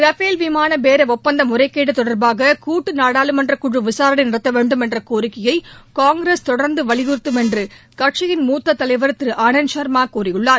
Rafale விமான பேர ஒப்பந்த முறைகேடு தொடர்பாக கூட்டு நாடாளுமன்ற குழு விசாரணை நடத்த வேண்டும் என்ற கோரிக்கையை காங்கிரஸ் தொடர்ந்து வலியுறுத்தம் என்று கட்சியின் மூத்த தலைவர் திரு ஆனந்த் சர்மா கூறியுள்ளார்